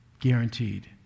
guaranteed